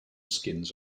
skins